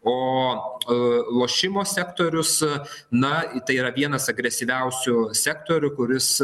o lošimo sektorius su na tai yra vienas agresyviausių sektorių kuris